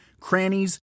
crannies